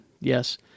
Yes